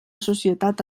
societat